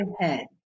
ahead